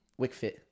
Wickfit